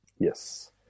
Yes